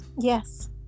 Yes